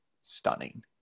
stunning